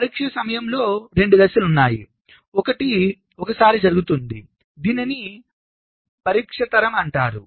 పరీక్ష సమయంలో రెండు దశలు ఉన్నాయి ఒకటి ఒకేసారి జరుగుతుంది దీనిని పరీక్ష తరం అంటారు